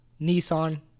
Nissan